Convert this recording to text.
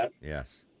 Yes